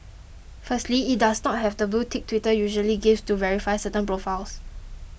firstly it does not have the blue tick Twitter usually gives to verify certain profiles